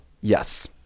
Yes